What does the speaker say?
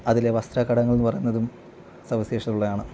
അതിലെ വസ്ത്ര ഘടനങ്ങളെന്നു പറയുന്നതും സവിശേഷത ഉള്ളതാണ്